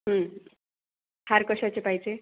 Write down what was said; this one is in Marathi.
हार कशाचे पाहिजे